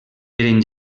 eren